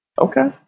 Okay